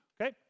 Okay